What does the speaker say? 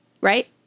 Right